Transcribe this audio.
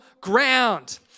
ground